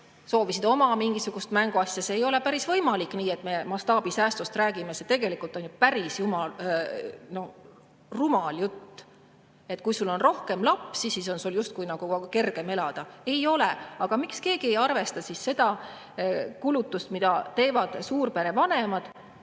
soovisid oma mingisugust mänguasja. See ei ole päris võimalik, et me vaid mastaabisäästust räägime. See tegelikult on ju päris rumal jutt, et kui sul on rohkem lapsi, siis on sul justkui nagu kergem elada. Ei ole! Aga miks keegi ei arvesta seda kulutust, mida teevad suurpere vanemad,